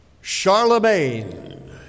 Charlemagne